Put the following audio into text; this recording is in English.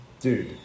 Dude